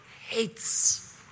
hates